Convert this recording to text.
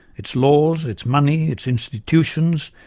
its laws, its money, its institutions,